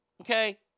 okay